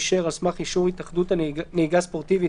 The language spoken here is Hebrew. אישר על סמך אישור התאחדות נהיגה ספורטיבית